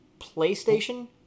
PlayStation